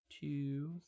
two